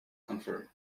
confirmed